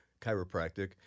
chiropractic –